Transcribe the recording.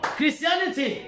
Christianity